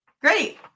Great